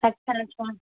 अच्छा अच्छा